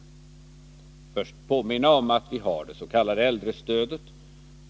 Jag vill först påminna om att vi har det s.k. äldrestödet,